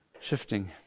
Shifting